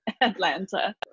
Atlanta